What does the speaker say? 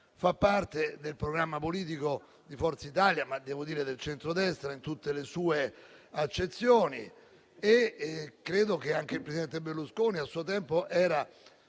fa parte del programma politico di Forza Italia, ma devo dire del centrodestra in tutte le sue accezioni. E credo che anche il presidente Berlusconi, a suo tempo, era